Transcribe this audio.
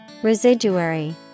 Residuary